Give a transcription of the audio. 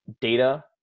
data